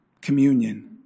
communion